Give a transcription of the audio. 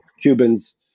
Cubans